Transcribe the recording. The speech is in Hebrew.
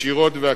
ישירות ועקיפות.